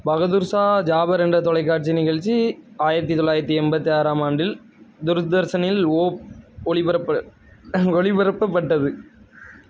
பகதூர்ஷா ஜாபர் என்ற தொலைக்காட்சி நிகழ்ச்சி ஆயிரத்தி தொள்ளாயிரத்தி எண்பத்தி ஆறாம் ஆண்டில் துர்தர்ஷனில் ஓப் ஒளிபரப்பு ஒளிபரப்பப்பட்டது